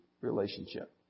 relationship